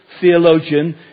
theologian